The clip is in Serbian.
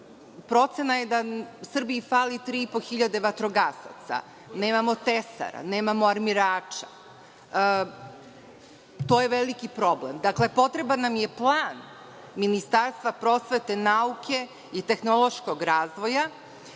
Procena je da Srbiji fali tri i po hiljade vatrogasaca, nemamo tesara, nemamo armirača. To je veliki problem. Dakle, potreban nam je plan Ministarstva prosvete, nauke i tehnološkog razvoja